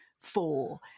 four